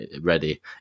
ready